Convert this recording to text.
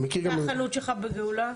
והחנות שלך בגאולה?